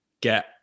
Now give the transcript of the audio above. get